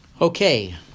Okay